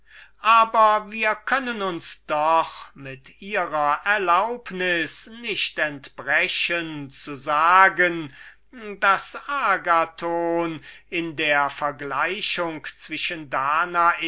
aber wir können uns doch mit ihrer erlaubnis nicht entbrechen zu sagen daß agathon in der vergleichung zwischen danae